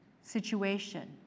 situation